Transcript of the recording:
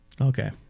okay